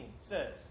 says